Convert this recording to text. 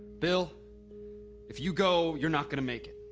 bill if you go, you're not gonna make it